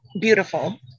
beautiful